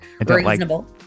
reasonable